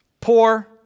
Poor